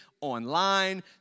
online